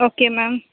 okay ma'am